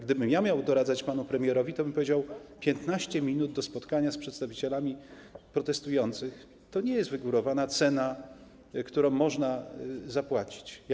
Gdybym miał doradzać panu premierowi, tobym powiedział: 15 minut spotkania z przedstawicielami protestujących to nie jest wygórowana cena do zapłacenia.